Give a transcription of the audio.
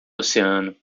oceano